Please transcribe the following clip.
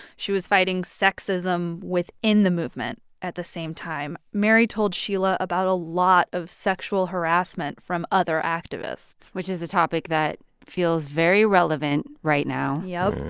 she was fighting sexism within the movement at the same time. mary told sheila about a lot of sexual harassment from other activists which is a topic that feels very relevant right now yup.